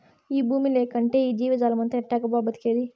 ఈ బూమి లేకంటే ఈ జీవజాలమంతా ఎట్టాగబ్బా బతికేది